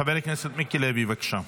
חבר הכנסת מיקי לוי, בבקשה.